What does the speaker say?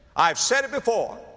i've said it before,